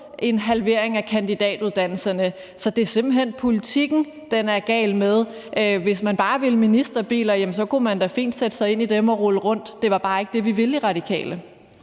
en halvering af kandidatuddannelserne. Så det er simpelt hen politikken, den er gal med. Hvis vi bare ville have ministerbiler, jamen så kunne vi da fint have sat os ind i dem og rulle rundt. Det var bare ikke det, vi ville i Radikale.